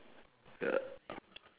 ya